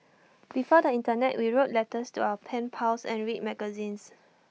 before the Internet we wrote letters to our pen pals and read magazines